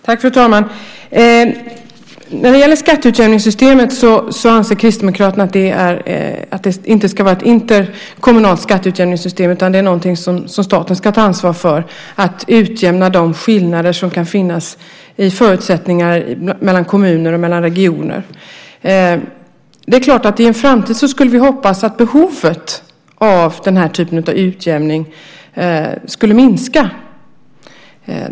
Fru talman! När det gäller skatteutjämningssystemet anser Kristdemokraterna att det inte ska vara ett interkommunalt skatteutjämningssystem, utan det är något som staten ska ta ansvar för och utjämna de skillnader som kan finnas i förutsättningar mellan kommuner och mellan regioner. Det är klart att i en framtid skulle vi hoppas att behovet av den här typen av utjämning skulle minska.